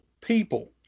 people